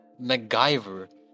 macgyver